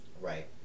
Right